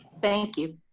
thank you.